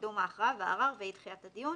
קידום ההכרעה והערר באי דחיית הדיון.